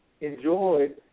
enjoyed